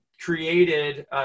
created